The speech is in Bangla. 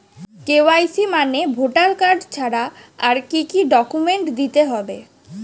কে.ওয়াই.সি মানে ভোটার কার্ড ছাড়া আর কি কি ডকুমেন্ট দিতে হবে?